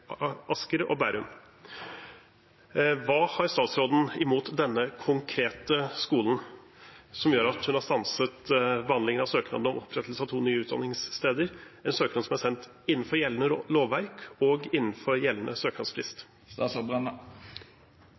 Asker og Bærum. Hva har statsråden imot denne konkrete skolen, som gjør at hun har stanset behandlingen av søknad om opprettelse av to nye utdanningssteder, en søknad som er sendt innenfor gjeldende lovverk og innenfor gjeldende søknadsfrist?